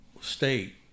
state